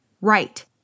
Right